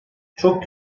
çok